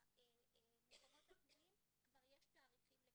המקומות הפנויים כבר יש תאריכים לקליטה.